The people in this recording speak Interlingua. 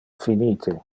finite